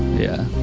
yeah.